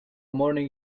morning